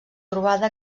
trobada